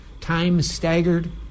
time-staggered